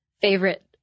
Favorite